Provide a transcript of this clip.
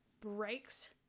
breaks